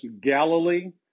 Galilee